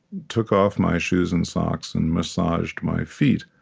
took off my shoes and socks, and massaged my feet.